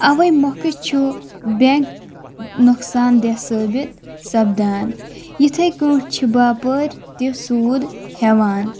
اَوَے مۄکھٕ چھُ بیٚنٛک نۄقصان دہ ثٲبِت سَپدان یِتھٕے کٲنٛٹھۍ چھِ باپٲرۍ تہِ سود ہیٚوان